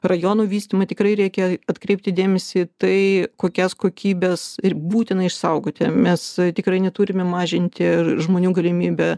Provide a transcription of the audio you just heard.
rajonų vystymą tikrai reikia atkreipti dėmesį į tai kokias kokybės ir būtina išsaugoti mes tikrai neturime mažinti žmonių galimybę